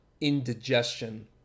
indigestion